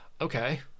okay